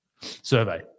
Survey